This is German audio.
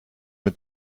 mit